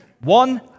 One